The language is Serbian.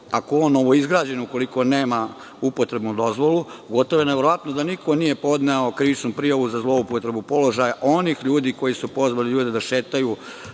ako je on novoizgrađen, ako nema upotrebnu dozvolu. Gotovo je neverovatno da niko nije podneo krivičnu prijavu za zloupotrebu položaja onih ljudi koji su pozvali ljude da šetaju